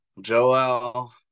Joel